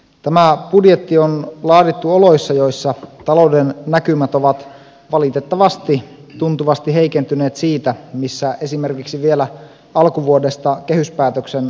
tämä budjetti on laadittu oloissa joissa talouden näkymät ovat valitettavasti tuntuvasti heikentyneet siitä missä esimerkiksi vielä alkuvuodesta kehyspäätöksen aikoihin oltiin